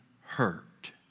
hurt